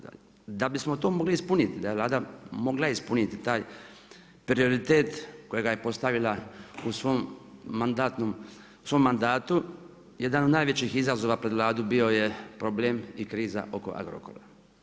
Da bismo to mogli ispuniti, da je Vlada mogla ispuniti taj prioritet, kojega je postavila u svom mandatu, jedan od najvećih izazova, pred Vladu bio je problem i kriza oko Agrokora.